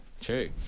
true